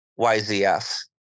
YZF